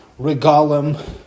regalim